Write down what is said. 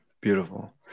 beautiful